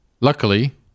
luckily